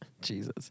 Jesus